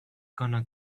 gonna